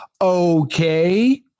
Okay